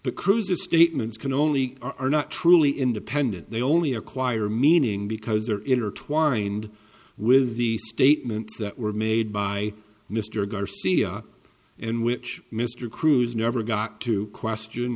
but cruise's statements can only are not truly independent they only acquire meaning because they are intertwined with the statements that were made by mr garcia and which mr cruz never got to question